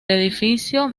edificio